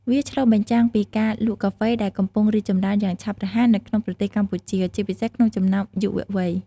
វាឆ្លុះបញ្ចាំងពី ការលក់កាហ្វេ ដែលកំពុងរីកចម្រើនយ៉ាងឆាប់រហ័សនៅក្នុងប្រទេសកម្ពុជា ជាពិសេសក្នុងចំណោមយុវវ័យ។